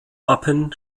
wappen